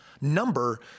number